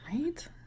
Right